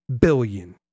billion